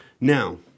Now